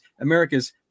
America's